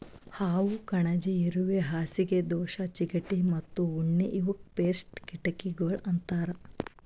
ಹಾವು, ಕಣಜಿ, ಇರುವೆ, ಹಾಸಿಗೆ ದೋಷ, ಚಿಗಟ ಮತ್ತ ಉಣ್ಣಿ ಇವುಕ್ ಪೇಸ್ಟ್ ಕೀಟಗೊಳ್ ಅಂತರ್